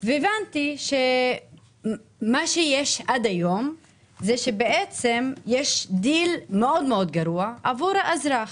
והבנתי שמה שיש עד היום זה שבעצם יש דיל מאוד גרוע עבור האזרח.